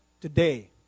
today